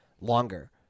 Longer